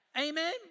Amen